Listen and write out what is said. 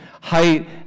height